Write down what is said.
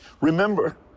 Remember